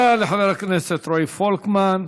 תודה לחבר הכנסת רועי פולקמן.